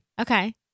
Okay